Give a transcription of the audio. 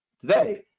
today